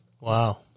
Wow